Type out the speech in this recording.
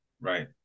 Right